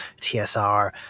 TSR